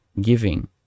giving